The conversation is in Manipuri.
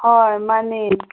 ꯍꯣꯏ ꯃꯥꯟꯅꯦ